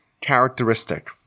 characteristic